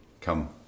come